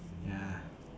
ya